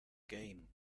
game